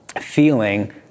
feeling